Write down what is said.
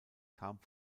kam